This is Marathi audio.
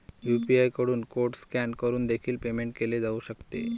यू.पी.आय कडून कोड स्कॅन करून देखील पेमेंट केले जाऊ शकते